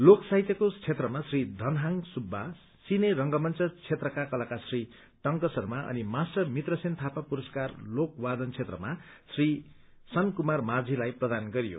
लोक साहित्यको क्षेत्रमा श्री थन हांग सुब्बा सीने रंगमंच क्षेत्रका कलाकार श्री टंक शर्मा अनि मास्टर मित्र सेन थापा पुरस्कार लोग वादन क्षेत्रमा श्री सन कुमार माझीलाई प्रदान गरियो